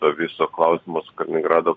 to viso klausimo su kaliningrado